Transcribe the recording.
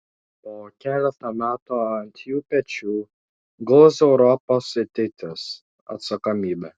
po keleto metų ant jų pečių guls europos ateitis atsakomybė